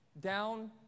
down